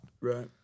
Right